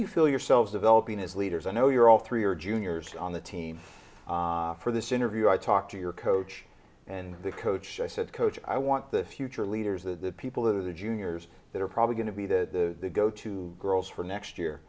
you feel yourselves developing as leaders i know you're all three or juniors on the team for this interview i talk to your coach and the coach i said coach i want the future leaders the people who are the juniors that are probably going to be the go to girls for next year